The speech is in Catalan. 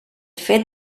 fet